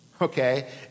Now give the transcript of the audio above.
okay